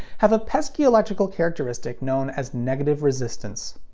have a pesky electrical characteristic known as negative resistance.